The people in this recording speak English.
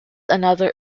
another